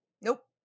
Nope